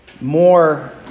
more